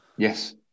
Yes